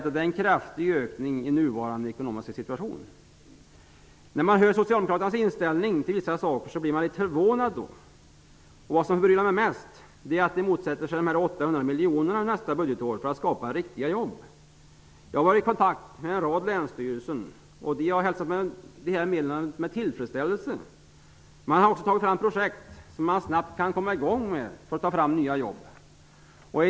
Det är en kraftig ökning i nuvarande ekonomiska situation. Jag blir litet förvånad när jag hör Socialdemokraternas inställning till vissa saker. Vad som förbryllar mig mest är att miljonerna för att skapa riktiga jobb nästa budgetår. Jag har varit i kontakt med en rad länsstyrelser. De har hälsat dessa medel med tillfredsställelse. De har tagit fram projekt för att skapa nya jobb som kan sättas i gång snabbt.